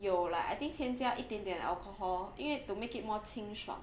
有 like I think 添加一点点 alcohol 因为 to make it more 清爽